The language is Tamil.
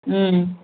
ம்